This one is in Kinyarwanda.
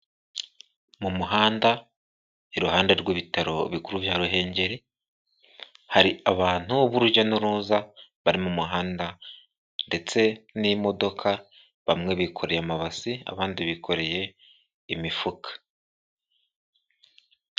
Mu muhanda iruhande rw'ibitaro bikuru bya Ruhengeri hari abantu b'urujya n'uruza bari mu muhanda ndetse n'imodoka, bamwe bikoreye amabasi abandi bikoreye imifuka.